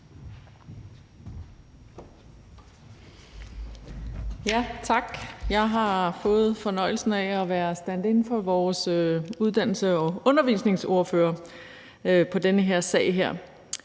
Tak. Jeg har fået fornøjelsen af at være standin for vores uddannelses- og undervisningsordfører på den her sag.